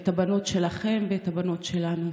את הבנות שלכם ואת הבנות שלנו.